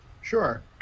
Sure